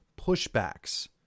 pushbacks